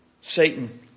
Satan